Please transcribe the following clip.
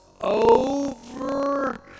over